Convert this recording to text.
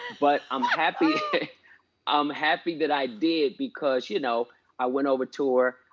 but i'm happy um happy that i did because, you know i went over to her,